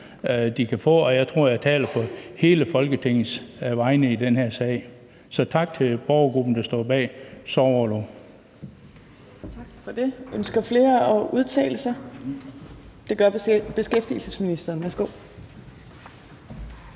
de kan få, og jeg tror, jeg taler på hele Folketingets vegne i den her sag. Så tak til borgergruppen, der står bag sorgorlov.